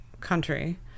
country